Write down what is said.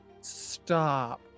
Stop